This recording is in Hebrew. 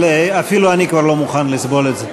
אבל אפילו אני כבר לא מוכן לסבול את זה.